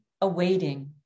awaiting